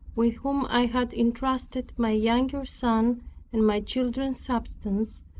with whom i had entrusted my younger son and my children's substance,